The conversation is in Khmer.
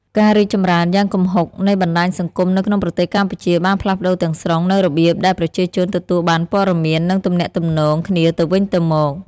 ការរីកចម្រើនយ៉ាងគំហុកនៃបណ្តាញសង្គមនៅក្នុងប្រទេសកម្ពុជាបានផ្លាស់ប្តូរទាំងស្រុងនូវរបៀបដែលប្រជាជនទទួលបានព័ត៌មាននិងទំនាក់ទំនងគ្នាទៅវិញទៅមក។